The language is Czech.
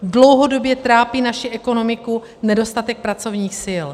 Dlouhodobě trápí naši ekonomiku nedostatek pracovních sil.